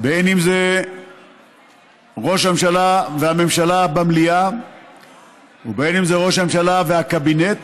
בין אם זה ראש הממשלה והממשלה במליאה ובין אם זה ראש הממשלה והקבינט,